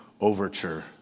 overture